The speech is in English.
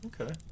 Okay